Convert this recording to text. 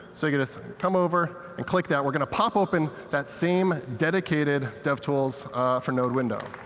so you get to come over and click that. we're going to pop open that same dedicated devtools for node window.